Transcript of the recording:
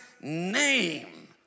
name